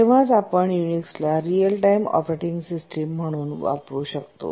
तेव्हाच आपण यूनिक्सला रिअल टाइम ऑपरेटिंग सिस्टिम म्हणून वापरू शकतो